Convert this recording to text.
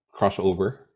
crossover